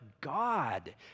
God